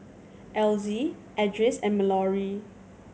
Elzie Edris and Malorie